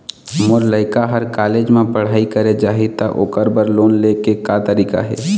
मोर लइका हर कॉलेज म पढ़ई करे जाही, त ओकर बर लोन ले के का तरीका हे?